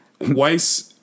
Weiss